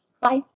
Bye